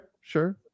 sure